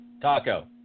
Taco